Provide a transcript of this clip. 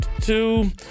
two